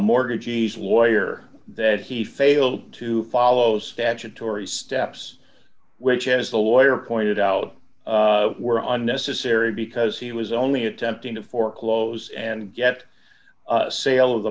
mortgagees lawyer that he failed to follow statutory steps which as the lawyer pointed out were on necessary because he was only attempting to foreclose and get a sale of the